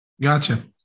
Gotcha